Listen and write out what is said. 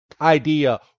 idea